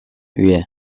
üye